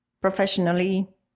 professionally